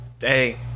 Hey